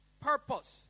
purpose